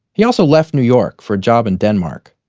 he also left new york for a job in denmark.